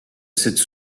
cette